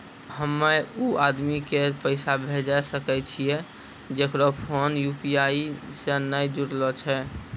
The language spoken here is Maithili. हम्मय उ आदमी के पैसा भेजै सकय छियै जेकरो फोन यु.पी.आई से नैय जूरलो छै?